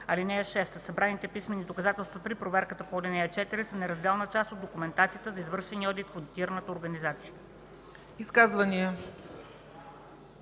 (6) Събраните писмени доказателства при проверката по ал. 4 са неразделна част от документацията за извършения одит в одитираната организация.”